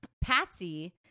Patsy